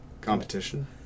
Competition